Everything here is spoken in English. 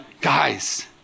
Guys